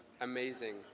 amazing